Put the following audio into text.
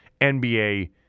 NBA